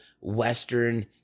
western